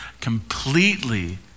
completely